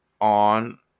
on